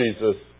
Jesus